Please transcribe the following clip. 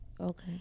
Okay